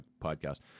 podcast